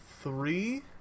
three